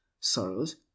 sorrows